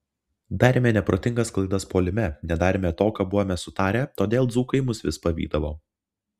darėme neprotingas klaidas puolime nedarėme to ką buvome sutarę todėl dzūkai mus vis pavydavo